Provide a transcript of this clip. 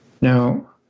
Now